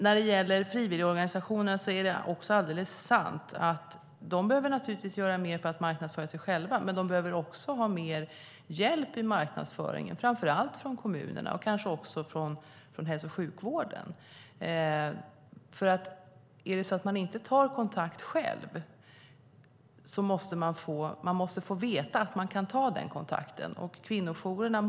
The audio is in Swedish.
När det gäller frivilligorganisationerna är det också alldeles sant att de behöver göra mer för att marknadsföra sig själva, men de behöver också ha mer hjälp i marknadsföringen, framför allt från kommunerna och kanske också från hälso och sjukvården. Är det så att man inte tar kontakt själv så måste man få veta att man kan ta den kontakten.